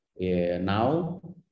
now